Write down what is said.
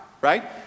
right